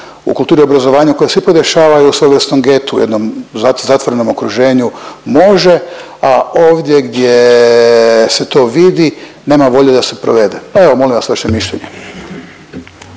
u kulturi obrazovanja kojeg svi podešavaju u svojevrsnom getu, jednom zatvorenom okruženju može, a ovdje gdje se to vidi nema volje da se provede. Pa evo, molim vas vaše mišljenje.